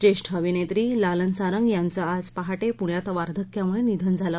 जेष्ठ अभिनेत्री लालन सारंग यांचं आज पहाटे पूण्यात वार्धक्यामुळे निधन झालं